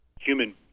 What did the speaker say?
human